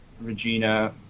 Regina